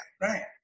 right